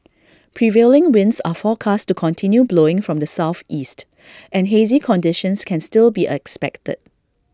prevailing winds are forecast to continue blowing from the Southeast and hazy conditions can still be expected